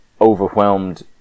overwhelmed